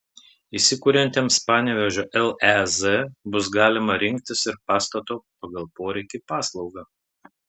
įsikuriantiems panevėžio lez bus galima rinktis ir pastato pagal poreikį paslaugą